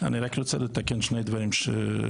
אני רק רוצה לתקן שני דברים שאמרו.